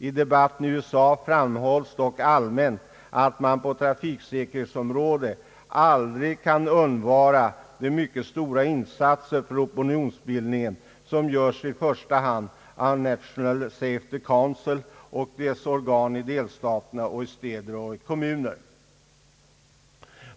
I debatten i USA framhålles dock allmänt att man på trafiksäkerhetsområdet aldrig kan undvara de mycket stora insatser för opinionsbildningen som göres i första hand av National Safety Council och dess organ i delstaterna och i städer och kommuner.